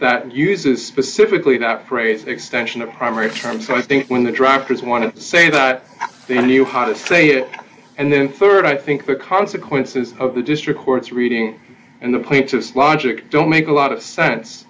that uses specifically that phrase extension of primary term so i think when the drafters want to say about the new house say it and then rd i think the consequences of the district court's reading and the plaintiff's logic don't make a lot of sense